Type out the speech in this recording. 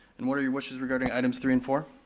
and what are your wishes regarding items three and four?